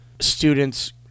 students